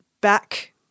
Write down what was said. back